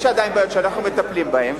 יש עדיין בעיות שאנחנו מטפלים בהן,